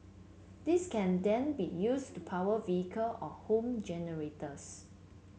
this can then be used to power vehicle or home generators